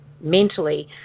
mentally